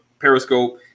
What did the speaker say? Periscope